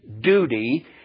duty